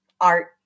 art